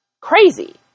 crazy